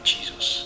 Jesus